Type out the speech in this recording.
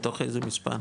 מתוך איזה מספר?